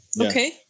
Okay